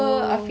oh